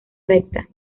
recta